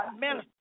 Minister